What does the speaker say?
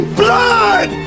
blood